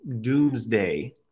doomsday